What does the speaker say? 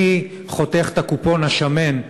מי חותך את הקופון השמן,